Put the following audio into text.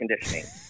conditioning